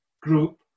group